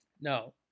No